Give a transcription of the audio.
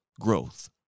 growth